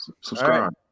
Subscribe